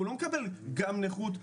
הוא לא מקבל גם נכות,